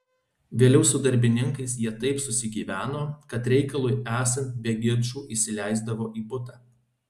vėliau su darbininkais jie taip susigyveno kad reikalui esant be ginčų įsileisdavo į butą